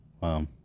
Wow